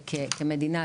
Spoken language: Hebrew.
כמדינה,